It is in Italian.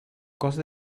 cose